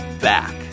back